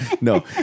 No